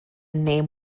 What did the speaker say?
name